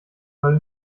weil